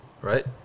right